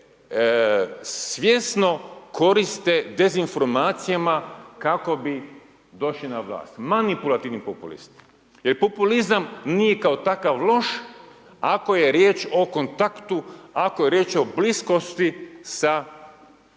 se svjesno koriste dezinformacijama kako bi došli na vlast, manipulativni populisti. Jer populizam nije kao takav loš, ako je riječ o kontaktu, ako je riječ o bliskosti sa građanima